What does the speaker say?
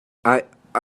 i—i